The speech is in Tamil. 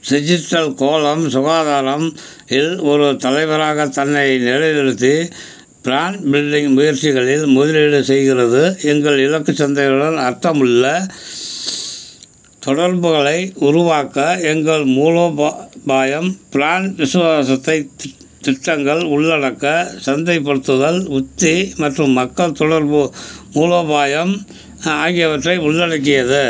டிஜிட்டல் கோளம் சுகாதாரம் இல் ஒரு தலைவராக தன்னை நிலைநிறுத்தி ப்ராண்ட் பில்டிங் முயற்சிகளில் முதலீடு செய்கிறது எங்கள் இலக்கு சந்தையுடன் அர்த்தமுள்ள தொடர்புகளை உருவாக்க எங்கள் மூலோபா பாயம் ப்ராண்ட் விசுவாசத்தை தி திட்டங்கள் உள்ளடக்க சந்தைப்படுத்தல் யுக்தி மற்றும் மக்கள் தொடர்பு மூலோபாயம் ஆகியவற்றை உள்ளடக்கியது